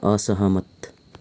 असहमत